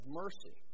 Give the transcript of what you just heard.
mercy